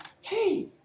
hey